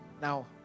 Now